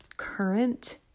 current